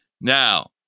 Now